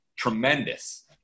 Tremendous